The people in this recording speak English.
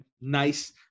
Nice